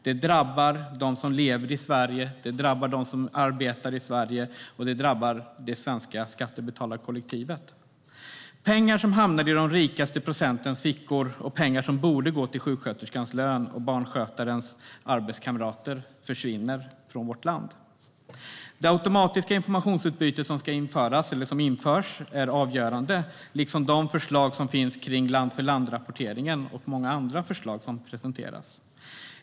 Det drabbar dem som bor i Sverige, det drabbar dem som arbetar i Sverige och det drabbar det svenska skattebetalarkollektivet. Pengar som borde gå till sjuksköterskans lön och barnskötarens arbetskamrater hamnar i de rikaste procentens fickor och försvinner från vårt land. Det automatiska informationsutbyte som införs är avgörande, liksom de förslag som finns kring land-för-land-rapporteringen och många andra förslag som presenteras.